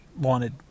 wanted